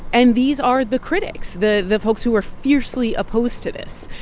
and these are the critics the the folks who are fiercely opposed to this.